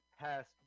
past